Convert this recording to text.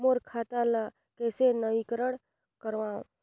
मोर खाता ल कइसे नवीनीकरण कराओ?